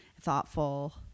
thoughtful